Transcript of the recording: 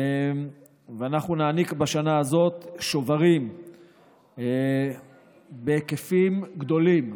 אנחנו נעניק בשנה הזאת שוברים בהיקפים גדולים.